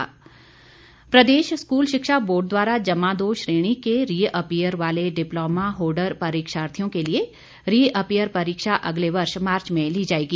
शिक्षा बोर्ड प्रदेश स्कूल शिक्षा बोर्ड द्वारा जमा दो श्रेणी के री अपीयर वाले डिप्लोमा होल्डर परीक्षार्थियों के लिए री अपीयर परीक्षा अगले वर्ष मार्च ली जाएगी